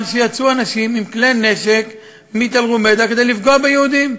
שיצאו אנשים עם כלי נשק מתל-רומיידה כדי לפגוע ביהודים.